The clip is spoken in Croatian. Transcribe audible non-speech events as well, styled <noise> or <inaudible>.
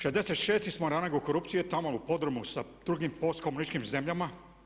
66 smo na … <unintelligible> korupcije tamo u podrumu sa drugim postkmunističkim zemljama.